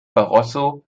barroso